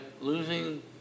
losing